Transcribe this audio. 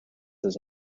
his